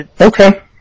Okay